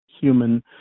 human